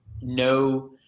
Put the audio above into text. No